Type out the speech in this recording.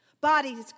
Bodies